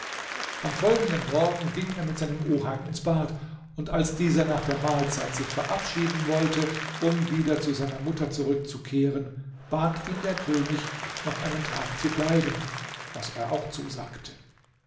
am folgenden morgen ging er mit seinem oheim ins bad und als dieser nach der mahlzeit sich verabschieden wollte um wieder zu seiner mutter zurückzukehren bat ihn der könig noch einen tag zu bleiben was er auch zusagte